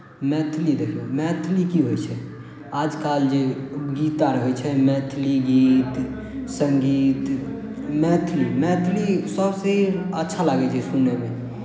मैथिली देखियौ मैथिली की होइ छै आजकल जे गीत आर होइ छै मैथिली गीत सङ्गीत मैथिली मैथिली सभसँ अच्छा लागै छै सुनयमे